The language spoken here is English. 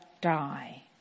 die